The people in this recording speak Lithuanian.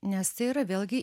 nes tai yra vėlgi